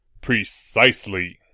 Precisely